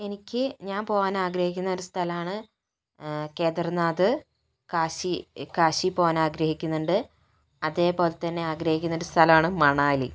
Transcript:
എനിക്ക് ഞാൻ പോകാൻ ആഗ്രഹിക്കുന്ന ഒരു സ്ഥലമാണ് കേദാർനാഥ് കാശി കാശി പോകാൻ ആഗ്രഹിക്കുന്നുണ്ട് അതേപോലെതന്നെ ആഗ്രഹിക്കുന്ന ഒരു സ്ഥലമാണ് മണാലി